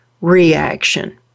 reaction